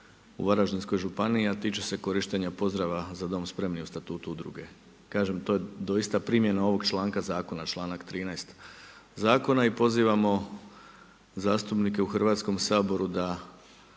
u Varaždinskoj županiji, a tiče se korištenja pozdrava „za Dom spremni“ u statutu udruge. Kažem to je doista primjena ovog članka zakona, članak 13. zakona i pozivamo zastupnike u Hrvatskom saboru da